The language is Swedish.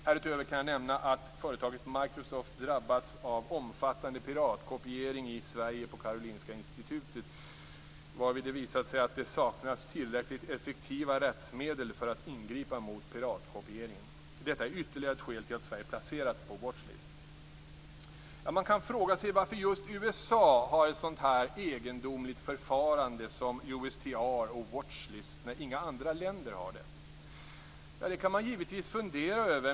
Härutöver kan jag nämna att företaget Microsoft drabbats av omfattande piratkopiering i Sverige på Karolinska institutet, varvid det visat sig att det saknas tillräckligt effektiva rättsmedel för att ingripa mot piratkopiering. Detta är ytterligare ett skäl till att Sverige placerats på Watch List. Man kan fråga sig varför just USA har ett sådant speciellt förfarande som USTR och Watch List när inga andra länder har det. Detta kan man givetvis fundera över.